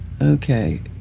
Okay